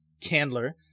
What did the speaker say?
Candler